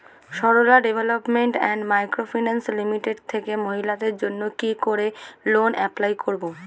Sarala development and micro finance limited থেকে মহিলাদের জন্য কি করে লোন এপ্লাই করব?